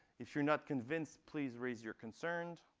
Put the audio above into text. if you're not convinced, please raise your concern.